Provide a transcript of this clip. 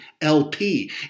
LP